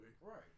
Right